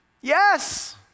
Yes